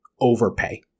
overpay